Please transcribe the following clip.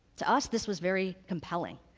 to us, this was very compelling.